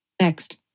Next